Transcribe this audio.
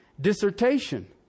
dissertation